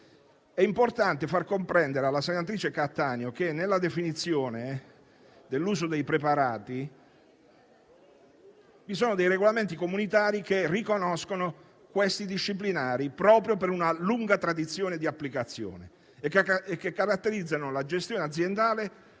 È importante far comprendere alla senatrice Cattaneo che, quanto alla definizione e all'uso dei preparati, vi sono regolamenti comunitari che riconoscono questi disciplinari proprio per una lunga tradizione di applicazione e che caratterizzano la gestione aziendale